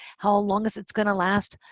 how long is it going to last?